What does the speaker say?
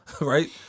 right